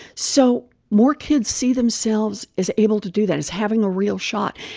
so more kids see themselves as able to do that, as having a real shot,